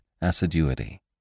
assiduity